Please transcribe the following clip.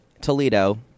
Toledo